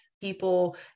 people